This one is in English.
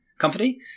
company